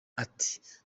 ati